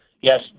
yes